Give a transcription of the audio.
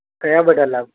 ક્યાં બધા લાવું